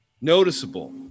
noticeable